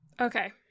Okay